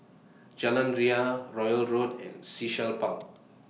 Jalan Ria Royal Road and Sea Shell Park